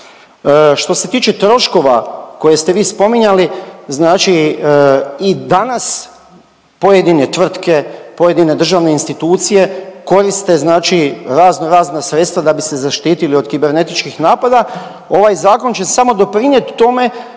Što se tiče troškova koje ste vi spominjali znači i danas pojedine tvrtke, pojedine državne institucije koriste znači raznorazna sredstva da bi se zaštitili od kibernetičkih napada. Ovaj zakon će samo doprinijet tome